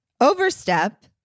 overstep